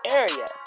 area